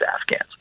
Afghans